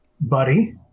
buddy